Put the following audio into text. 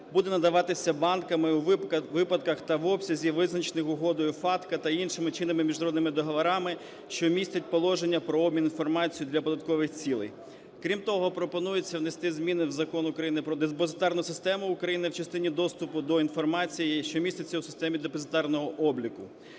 буде надаватися банками у випадках та в обсязі, визначених Угодою FATCA та іншими чинними міжнародними договорами, що містять положення про обмін інформацією для податкових цілей. Крім того, пропонується внести зміни в Закон України "Про депозитарну систему України" в частині доступу до інформації, що міститься у системі депозитарного обліку.